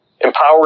Empower